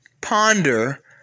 ponder